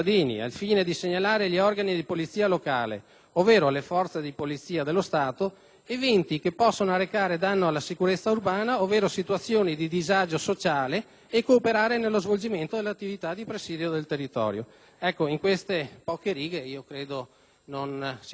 eventi che possono arrecare danno alla sicurezza urbana ovvero situazioni di disagio sociale e cooperare nello svolgimento dell'attività di presidio del territorio». In queste poche righe credo non si nasconda nessuna deriva istituzionale. Non lo credo